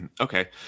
Okay